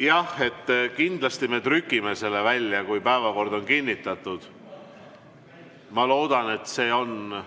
Jah, kindlasti me trükime selle välja, kui päevakord on kinnitatud. Ma loodan, et see on